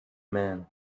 men